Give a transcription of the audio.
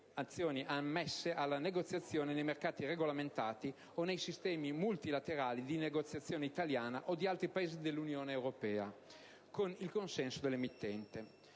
azioni ammesse alla negoziazione nei mercati regolamentati o nei sistemi multilaterali di negoziazione italiana o di altri Paesi dell'Unione Europea con il consenso dell'emittente.